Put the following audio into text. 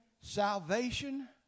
salvation